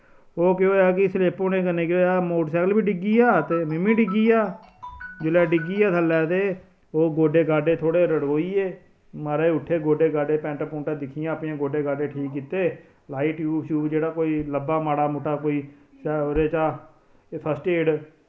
ओह् केह् होआ कि स्लिप होने कन्नै केह् होआ मोटरसैकल बी डिग्गी गेआ ते में बी डिग्गी गेआ जुल्लै डिग्गी गेआ थ'ल्लै ते ओह् गोड्डे गाड्डे थोह्ड़े रड़गोइये माराज उट्ठे गोड्डे गाड्डे पैंट पुंटां दिक्खियां अपनियां गोड्डे गाड्डे ठीक कीते लाई टयूब श्युब जेह्ड़ा कोई लब्भा मुट्टा कोई च ओह्दे चा फर्स्ट एड